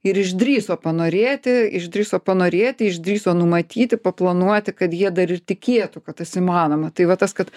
ir išdrįso panorėti išdrįso panorėti išdrįso numatyti paplanuoti kad jie dar ir tikėtų kad tas įmanoma tai va tas kad